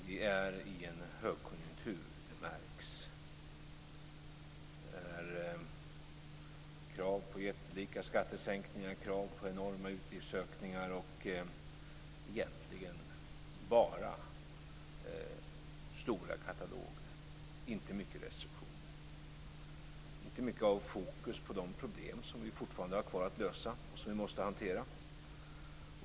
Vi är i en högkonjunktur. Det märks. Det är krav på jättelika skattesänkningar, krav på enorma utgiftsökningar och egentligen bara stora kataloger och inte mycket restriktioner. Det finns inte mycket av fokus på de problem som vi fortfarande har kvar att lösa och som vi måste hantera.